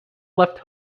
left